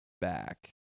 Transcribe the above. back